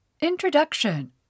Introduction